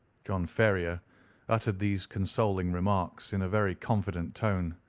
john ferrier uttered these consoling remarks in a very confident tone,